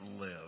live